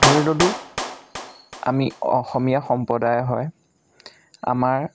ধৰি ল'লোঁ আমি অসমীয়া সম্প্ৰদায় হয় আমাৰ